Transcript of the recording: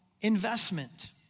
investment